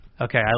Okay